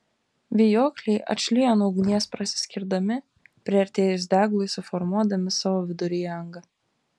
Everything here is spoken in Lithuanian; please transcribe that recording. vijokliai atšlijo nuo ugnies prasiskirdami priartėjus deglui suformuodami savo viduryje angą